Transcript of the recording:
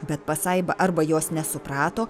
bet pasaiba arba jos nesuprato